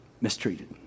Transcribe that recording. mistreated